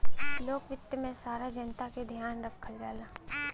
लोक वित्त में सारा जनता क ध्यान रखल जाला